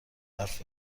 حرف